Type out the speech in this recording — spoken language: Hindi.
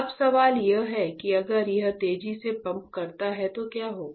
अब सवाल यह है कि अगर यह तेजी से पंप करता है तो क्या होगा